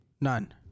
None